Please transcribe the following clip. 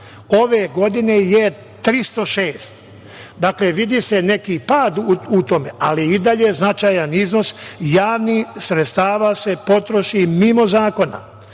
ove godine je 306. Dakle, vidi se neki pad u tome, ali i dalje je značajan iznos, javnih sredstava se potroši mimo zakona,